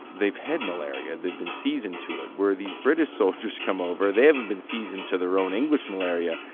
they've had malaria. they've been seasoned to it, where these british soldiers come over they haven't been seasoned to their own english malaria,